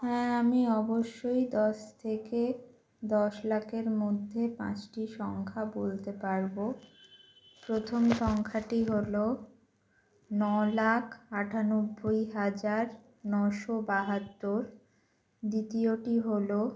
হ্যাঁ আমি অবশ্যই দশ থেকে দশ লাখের মধ্যে পাঁচটি সংখ্যা বলতে পারবো প্রথম সংখ্যাটি হল ন লাখ আঠানব্বই হাজার নয়শো বাহাত্তর দ্বিতীয়টি হল